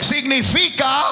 Significa